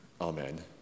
Amen